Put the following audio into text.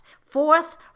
Fourth